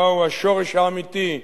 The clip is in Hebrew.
מהו השורש האמיתי,